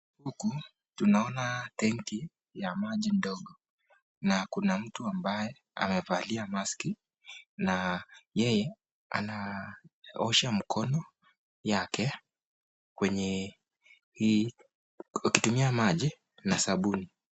Huku tunaona tanki ya maji ndogo na kuna mtu ambaye amevalia maski yeye anaosha mkono yake kwenye hii akitumia maji na sabuni.